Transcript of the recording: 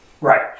Right